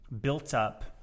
built-up